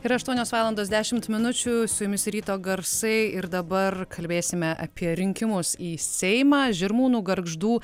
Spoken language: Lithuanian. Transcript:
yra aštuonios valandos dešimt minučių su jumis ryto garsai ir dabar kalbėsime apie rinkimus į seimą žirmūnų gargždų